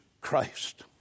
Christ